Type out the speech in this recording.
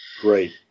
Great